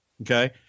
Okay